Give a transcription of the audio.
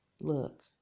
Look